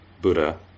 Buddha